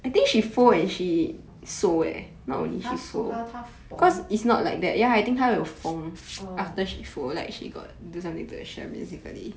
!huh! sew 她缝 orh